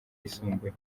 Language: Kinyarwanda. yisumbuye